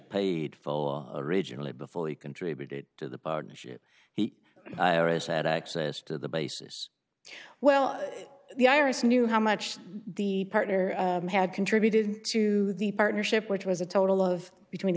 paid for originally before he contributed to the partnership he has had access to the basis well the i r s knew how much the partner had contributed to the partnership which was a total of between the